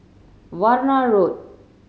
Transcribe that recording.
Warna Road